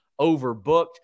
Overbooked